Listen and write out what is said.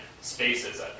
spaces